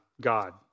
God